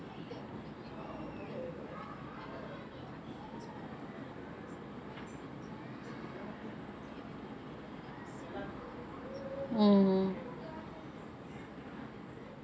mm